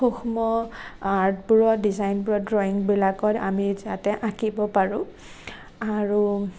সূক্ষ্ম আৰ্টবোৰত ডিজাইনবোৰত দ্ৰয়িঙবিলাকত আমি যাতে আঁকিব পাৰোঁ আৰু